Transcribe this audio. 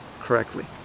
correctly